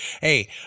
Hey